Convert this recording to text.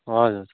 हजुर